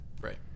right